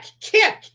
kick